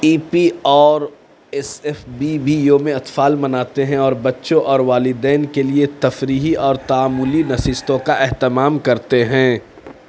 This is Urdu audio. ای پی اور ایس ایف بی بی یومِ اطفال مناتے ہیں اور بچوں اور والدین کے لیے تفریحی اور تعاملی نشستوں کا اہتمام کرتے ہیں